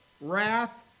wrath